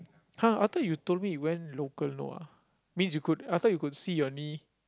!huh! I thought you told me you went local no ah means you could I thought you could see your knee